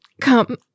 come